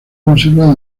conservado